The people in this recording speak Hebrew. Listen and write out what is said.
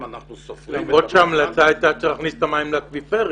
למרות שההמלצה הייתה להכניס את המים לאקוויפרים